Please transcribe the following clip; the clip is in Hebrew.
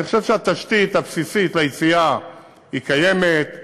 אני חושב שהתשתית הבסיסית ליציאה קיימת.